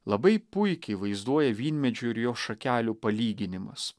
labai puikiai vaizduoja vynmedžio ir jo šakelių palyginimas